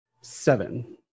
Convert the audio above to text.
seven